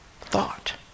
thought